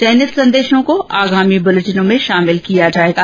चयनित संदेशों को आगामी बुलेटिनों में शामिल किया जाएगा